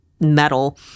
metal